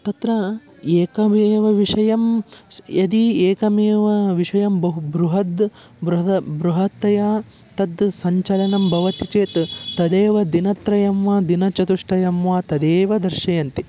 तत्र एकमेव विषयं स् यदि एकमेव विषयं बहु बृहद् बृहद बृहत्तया तद् सञ्चलनं भवति चेत् तदेव दिनत्रयं वा दिनचतुष्टयं वा तदेव दर्शयन्ति